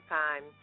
time